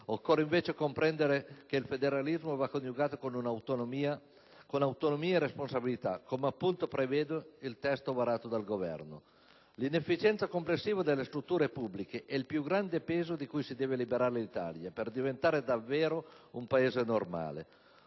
Occorre invece comprendere che il federalismo va coniugato con autonomia e responsabilità, come appunto prevede il testo varato dal Governo. L'inefficienza complessiva delle strutture pubbliche è il più grande peso di cui si deve liberare l'Italia per diventare davvero un Paese "normale".